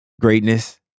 greatness